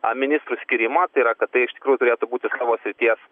a ministrų skyrimą tai yra kad tai iš tikrųjų turėtų būti savo srities